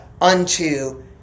Unto